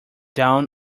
down